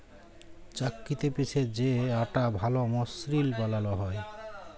চাক্কিতে পিসে যে আটা ভাল মসৃল বালাল হ্যয়